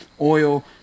oil